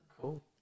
cool